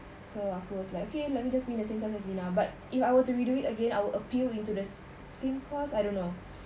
so aku was like okay let me just be in the same class as dina but if I were to redo it again I would appeal into the same course I don't know